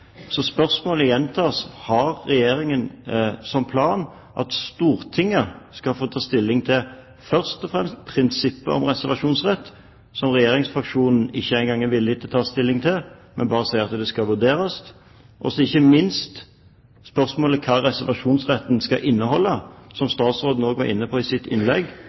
Så spørsmålet gjentas: Har Regjeringen som plan at Stortinget skal få ta stilling til først og fremst prinsippet om reservasjonsrett, som regjeringsfraksjonen ikke engang er villig til å ta stilling til, men bare sier at det skal vurderes, og, ikke minst, spørsmålet om hva reservasjonsretten skal inneholde, som også statsråden var inne på i sitt innlegg?